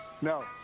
No